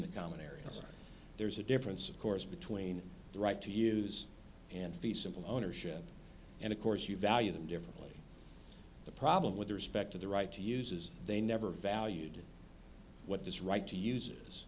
the common areas there's a difference of course between the right to use and the simple ownership and of course you value them differently the problem with respect to the right to use is they never valued what this right to use